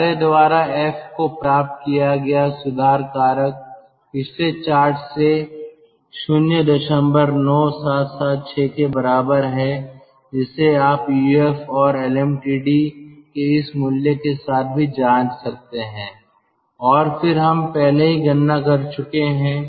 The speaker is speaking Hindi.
हमारे द्वारा एफ को प्राप्त किया गया सुधार कारक पिछले चार्ट से 09776 के बराबर है जिसे आप यूएफ और एलएमटीडी के इस मूल्य के साथ भी जांच सकते हैं और फिर हम पहले ही गणना कर चुके हैं